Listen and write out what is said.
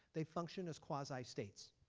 they function as quasi-states.